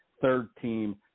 third-team